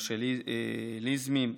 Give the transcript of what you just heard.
משה ליזמי,